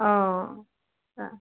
অঁ অঁ